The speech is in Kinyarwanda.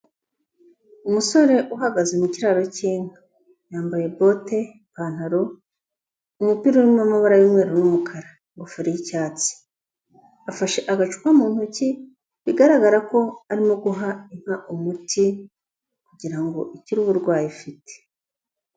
Umusore uhagaze mu kiraro cy'inka, yambaye bote, ipantaro, umupira wamabara y'umweru n'umukara, ingofero y'icyatsi, afashe agacupa mu ntoki bigaragara ko arimo guha inka umuti kugirango ikire uburwayi ifite.